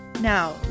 Now